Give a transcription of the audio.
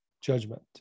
judgment